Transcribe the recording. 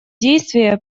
действия